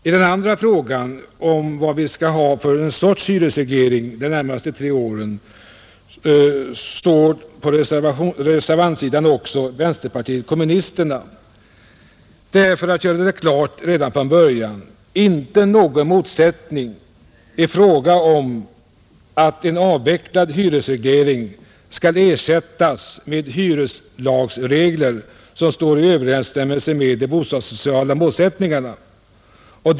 I den andra frågan, om vad vi skall ha för sorts hyresreglering de närmaste tre åren, står på reservantsidan också vänsterpartiet kommunisterna. Det finns, för att göra det klart redan från början, inte någon motsättning i fråga om att en avvecklad hyresreglering skall ersättas med hyreslagsregler som står i överensstämmelse med de bostadssociala målsättningarna.